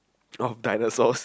of dinosaurs ppl